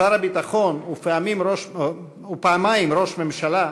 שר הביטחון ופעמיים ראש הממשלה,